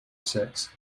sex